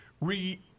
re-